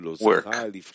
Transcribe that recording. work